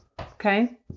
okay